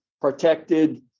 protected